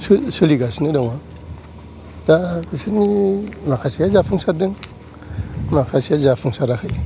सोलिगासिनो दङ दा बिसोरनि माखासे जाफुंसारदों माखासे जाफुंसाराखै